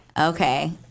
Okay